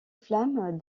flammes